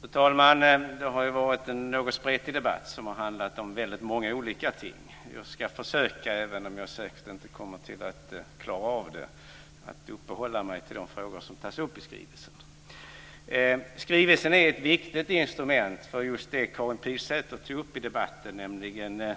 Fru talman! Det har varit en något spretig debatt, som har handlat om väldigt många olika ting. Jag ska försöka, även om jag säkert inte kommer att klara av det, att uppehålla mig vid de frågor som tas upp i skrivelsen. Skrivelsen är ett viktigt instrument för just det Karin Pilsäter tog upp i debatten, nämligen